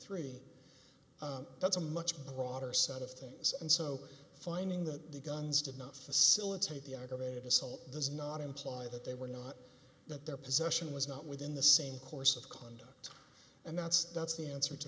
three that's a much broader set of things and so finding that the guns did not facilitate the aggravated assault does not imply that they were not that their possession was not within the same course of conduct and that's that's the answer to